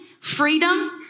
freedom